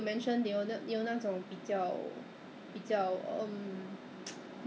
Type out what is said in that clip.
ah 所以所以有时候我觉得 !aiyo! online 的东西我我我不可靠 leh